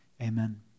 Amen